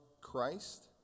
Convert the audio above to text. Christ